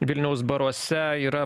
vilniaus baruose yra